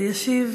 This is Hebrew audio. ישיב